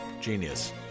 Genius